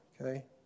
Okay